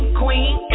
queen